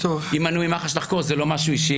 אם מנוי מח"ש לחקור, זה לא משהו אישי?